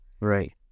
Right